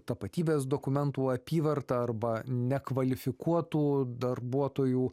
tapatybės dokumentų apyvarta arba nekvalifikuotų darbuotojų